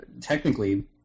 technically